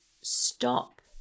stop